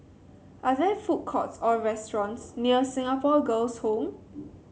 are there food courts or restaurants near Singapore Girls' Home